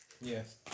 Yes